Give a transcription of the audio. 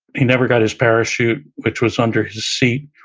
he never got his parachute which was under his seat.